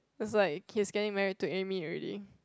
that's why he is getting married to Amy already